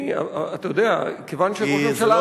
אתה יודע, כיוון שראש הממשלה ענה.